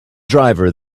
driver